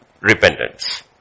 repentance